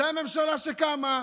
זו הממשלה שקמה,